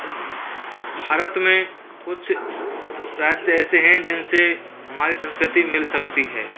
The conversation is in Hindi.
इन भारत में कुछ राज्य ऐसे हैं जिनसे हमारी संस्कृति मिल सकती है